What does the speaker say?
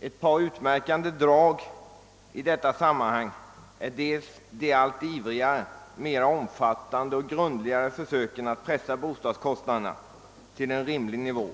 Ett par utmärkande drag i detta sammanhang är dels de allt ivrigare, mera omfattande och grundligare försöken att pressa bostadskostnaderna till en rimlig nivå,